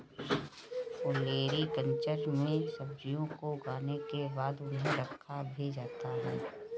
olericulture में सब्जियों को उगाने के बाद उन्हें रखा भी जाता है